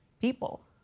people